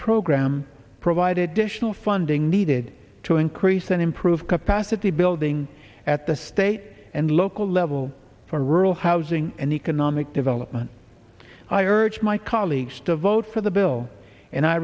program provide additional funding needed to increase and improve capacity building at the state and local level for rural housing and economic development i urge my colleagues to vote for the bill and i